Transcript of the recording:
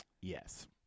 Yes